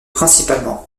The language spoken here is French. principalement